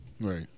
Right